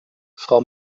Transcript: frau